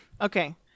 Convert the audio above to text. okay